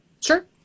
sure